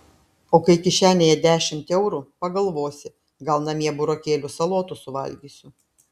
o kai kišenėje dešimt eurų pagalvosi gal namie burokėlių salotų suvalgysiu